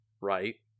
right